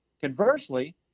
Conversely